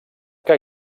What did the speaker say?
que